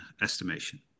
estimation